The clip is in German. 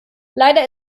leider